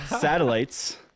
satellites